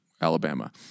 Alabama